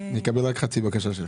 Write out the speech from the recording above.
אני אקבל רק חצי בקשה שלך.